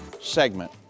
segment